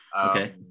okay